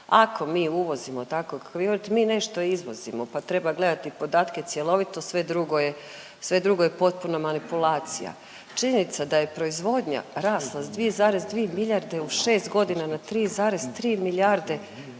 Ako mi uvozimo tako kako … mi nešto i izvozimo pa treba gledat i podatke cjelovito sve drugo je, sve drugo je potpuna manipulacija. Činjenica da je proizvodnje rasla s 2,2 miljarde u šest godina na 3,3 milijarde